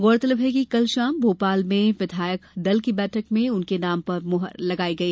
गौरतलब है कि कल शाम भोपाल में विधायक दल की बैठक में उनके नाम पर मोहर लगाई गई